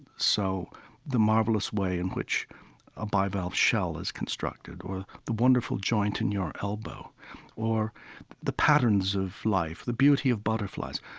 so the marvelous way in which a bivalve shell is constructed or the wonderful joint in your elbow or the patterns of life, the beauty of butterflies,